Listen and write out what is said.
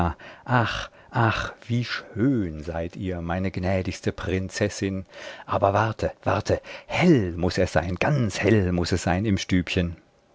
ach wie schön seid ihr meine gnädigste prinzessin aber warte warte hell muß es sein ganz hell muß es sein im stübchen